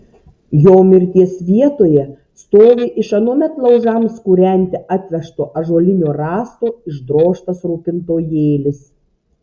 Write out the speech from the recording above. jo mirties vietoje stovi iš anuomet laužams kūrenti atvežto ąžuolinio rąsto išdrožtas rūpintojėlis